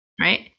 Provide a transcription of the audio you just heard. right